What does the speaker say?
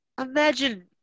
Imagine